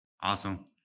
Awesome